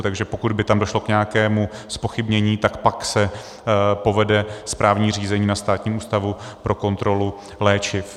Takže pokud by tam došlo k nějakému zpochybnění, tak pak se povede správní řízení na Státním ústavu pro kontrolu léčiv.